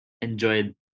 enjoyed